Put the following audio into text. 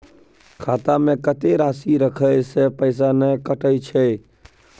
खाता में कत्ते राशि रखे से पैसा ने कटै छै?